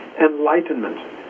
enlightenment